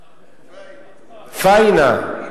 פאינה.